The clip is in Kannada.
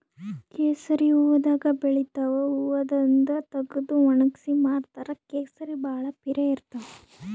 ಕೇಸರಿ ಹೂವಾದಾಗ್ ಬೆಳಿತಾವ್ ಹೂವಾದಿಂದ್ ತಗದು ವಣಗ್ಸಿ ಮಾರ್ತಾರ್ ಕೇಸರಿ ಭಾಳ್ ಪಿರೆ ಇರ್ತವ್